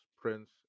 Prince